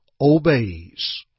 obeys